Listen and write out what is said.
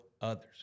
others